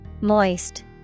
moist